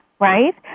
right